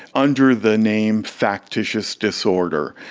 under the name factitious disorder.